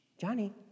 Johnny